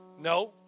No